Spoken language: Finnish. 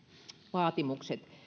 vaatimukset